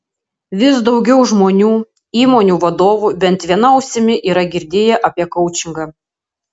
vis daugiau žmonių įmonių vadovų bent viena ausimi yra girdėję apie koučingą